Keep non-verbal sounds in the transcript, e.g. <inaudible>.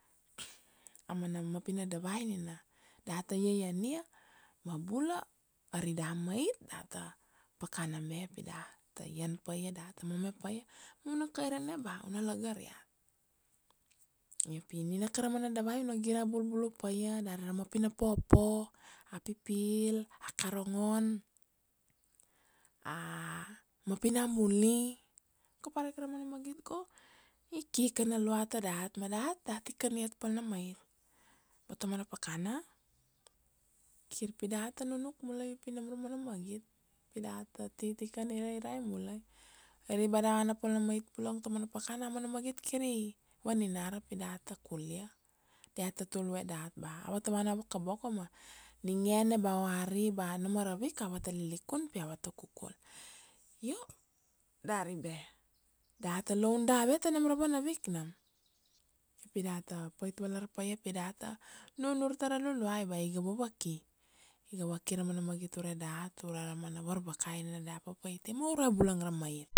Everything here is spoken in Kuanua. <noise> Amana mapina dawai nina dat ta iaian nia, ba bula ari da mait dat ta pakana me pi dat ta ian pa dat ta mome pa ia, una kairana ba una lagar iat, io pi nina kara mana dawai una gire bulbule paia dari a mapi na pawpaw, a pipil, a karongon, a mapi na muli go parika ra mana magit go, iki ka na lua ta dat ma dat da tiken iat pal na mait, pata mana pakana, kir pi diat na nunuk mulai pi nam ra mana magit, pi dat ta titiken ararai mulai, ari ba da vana pal na mait bulong tomana pakana mana magit kiri, vaninara, pi dat ta kulia dat ta tulvue dat ba avet ta vana boko boko ma, ningene ba oari ba nomo ra wik, avet ta lilikun pi avet ta kukul, io dari ba dat ta loun dawe to nom ra vana wik nom, pi diat ta pait valar paia pi dat ta nunur ta ra luluai ba iga vavaki, iga vaki ra mana magit ure dat ura ra mana varvakai nina dia papait ta ma uro bulung ra mait,